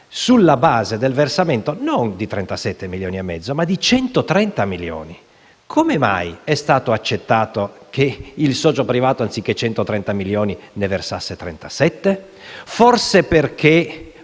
sulla base del versamento - non di 37,5 milioni, ma di 130 milioni. Come mai è stato accettato che il socio privato, anziché 130 milioni, ne versasse 37,5? Forse in